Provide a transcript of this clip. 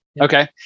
Okay